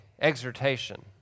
exhortation